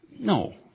No